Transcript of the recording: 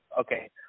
okay